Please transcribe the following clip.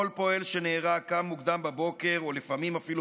כל פועל שנהרג קם מוקדם בבוקר או לפעמים אפילו